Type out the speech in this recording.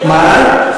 מה?